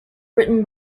written